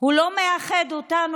הוא לא מאחד אותנו,